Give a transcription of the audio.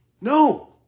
No